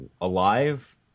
alive